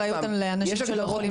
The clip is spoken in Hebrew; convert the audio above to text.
אחריות על אנשים לא יכולים לצאת מביתם.